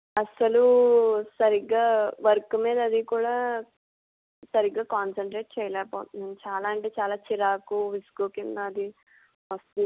అస్సలు సరిగ్గా వర్క్ మీద అదికూడా సరిగ్గా కాన్సెంట్రేట్ చెయ్యలేకపోతున్నాను చాలా అంటే చాలా చిరాకు విసుగు కింద అది వస్తుంది